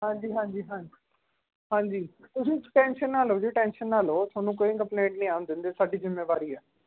ਹਾਂਜੀ ਹਾਂਜੀ ਹਾਂਜੀ ਹਾਂਜੀ ਤੁਸੀਂ ਟੈਂਨਸ਼ਨ ਨਾ ਲਓ ਜੀ ਟੈਂਨਸ਼ਨ ਨਾ ਲਓ ਤੁਹਾਨੂੰ ਕੋਈ ਕੰਪਲੇਂਟ ਨਹੀਂ ਆਉਣ ਦਿੰਦੇ ਸਾਡੀ ਜਿੰਮੇਵਾਰੀ ਆ